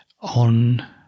on